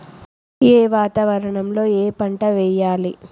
ఏ వాతావరణం లో ఏ పంట వెయ్యాలి?